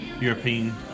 European